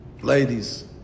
Ladies